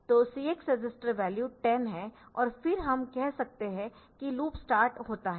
तो CX register value 10 है और फिर हम कह सकते है कि लूप स्टार्ट होता है